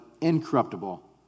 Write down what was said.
incorruptible